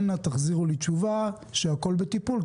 אל נא תחזירו לי תשובה שהכול בטיפול,